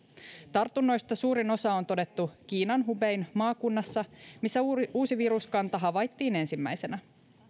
tartunnoista suurin osa on todettu kiinan hubein maakunnassa missä uusi viruskanta havaittiin ensimmäisenä